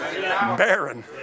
Barren